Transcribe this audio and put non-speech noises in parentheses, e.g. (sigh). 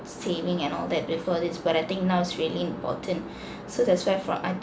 saving and all that before this but I think now it's really important (breath) so that's why from I